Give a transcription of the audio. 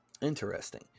Interesting